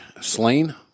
Slain